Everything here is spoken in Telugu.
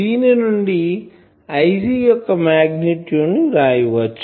దీని నుండి Ig యొక్క మాగ్నిట్యూడ్ ను వ్రాయచ్చు